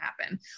happen